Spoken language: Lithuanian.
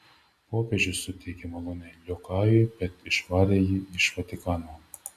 popiežius suteikė malonę liokajui bet išvarė jį iš vatikano